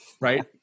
right